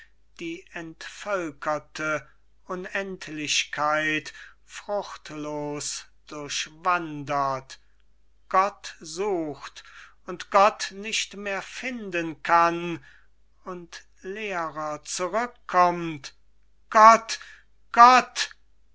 die entvölkerte unendlichkeit fruchtlos durchwandert gott sucht und gott nicht mehr finden kann und leerer zurückkommt gott gott